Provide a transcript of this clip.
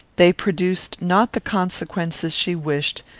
they produced not the consequences she wished,